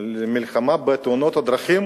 של המלחמה בתאונות הדרכים?